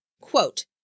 quote